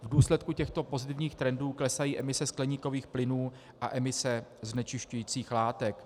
V důsledku těchto pozitivních trendů klesají emise skleníkových plynů a emise znečišťujících látek.